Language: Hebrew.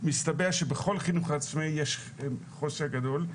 מסתבר שבכל החינוך העצמאי יש חוסר גדול,